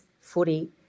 footy